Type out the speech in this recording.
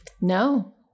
No